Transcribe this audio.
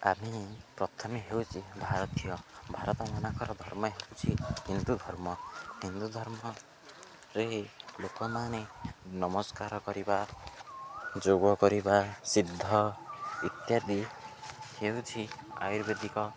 ଆମେ ପ୍ରଥମେ ହେଉଛି ଭାରତୀୟ ଭାରତ ମାନଙ୍କର ଧର୍ମ ହେଉଛି ହିନ୍ଦୁ ଧର୍ମ ହିନ୍ଦୁ ଧର୍ମରେ ଲୋକମାନେ ନମସ୍କାର କରିବା ଯୋଗ କରିବା ସିଦ୍ଧ ଇତ୍ୟାଦି ହେଉଛି ଆୟୁର୍ବେଦିକ